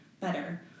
better